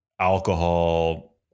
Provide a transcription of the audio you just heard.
alcohol